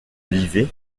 livet